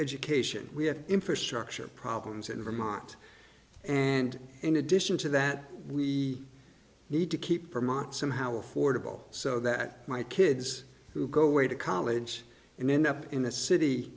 education we have infrastructure problems in vermont and in addition to that we need to keep them on somehow affordable so that my kids who go away to college and end up in this city